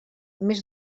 més